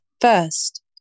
first